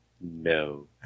No